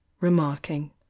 remarking